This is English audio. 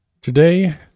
Today